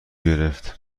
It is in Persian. گرفت